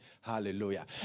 hallelujah